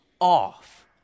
off